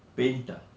paint ah